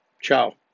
Ciao